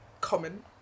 common